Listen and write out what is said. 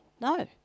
No